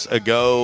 ago